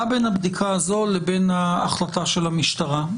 מה בין הבדיקה הזו לבין ההחלטה של המשטרה?